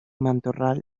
matorral